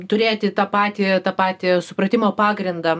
turėti tą patį tą patį supratimo pagrindą